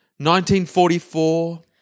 1944